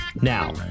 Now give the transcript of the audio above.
Now